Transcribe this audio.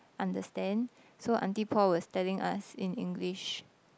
understand so auntie Paul was telling us in English